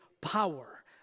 power